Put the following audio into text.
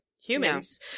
humans